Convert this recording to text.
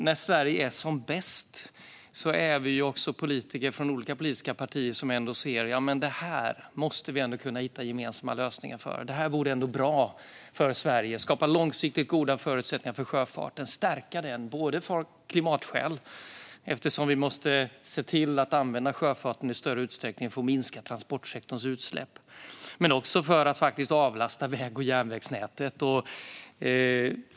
När Sverige är som bäst kan politiker från olika politiska partier säga: Det här måste vi ändå kunna hitta gemensamma lösningar för - det vore bra för Sverige att skapa långsiktigt goda förutsättningar för sjöfarten och stärka den. Det behövs både av klimatskäl, eftersom vi behöver se till att använda sjöfarten i större utsträckning för att minska transportsektorns utsläpp, och för att avlasta väg och järnvägsnätet.